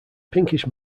pinkish